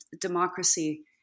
democracy